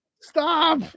Stop